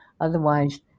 Otherwise